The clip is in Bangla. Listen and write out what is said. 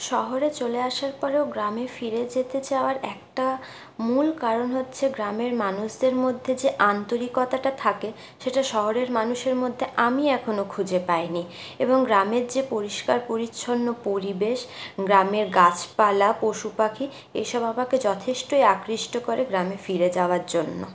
শহরে চলে আসার পরেও গ্রামে ফিরে যেতে চাওয়ার একটা মূল কারণ হচ্ছে গ্রামের মানুষদের মধ্যে যে আন্তরিকতাটা থাকে সেটা শহরের মানুষের মধ্যে আমি এখনো খুঁজে পাইনি এবং গ্রামের যে পরিষ্কার পরিচ্ছন্ন পরিবেশ গ্রামের গাছপালা পশুপাখি এসব আমাকে যথেষ্টই আকৃষ্ট করে গ্রামে ফিরে যাওয়ার জন্য